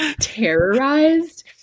terrorized